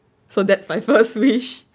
so that's my first wish ya